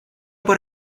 por